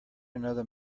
another